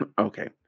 Okay